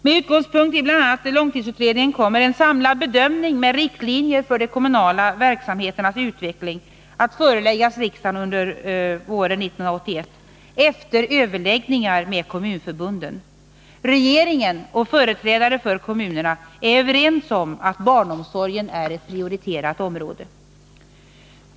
Med utgångspunkt i bl.a. långtidsutredningen kommer en samlad bedömning med riktlinjer för de kommunala verksamheternas utveckling att föreläggas riksdagen under våren 1981 efter överläggningar med kommunförbunden. Regeringen och företrädare för kommunerna är överens om att barnomsorgen är ett prioriterat område.